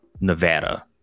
Nevada